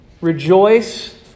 Rejoice